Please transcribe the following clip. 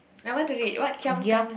I want to read what giam kana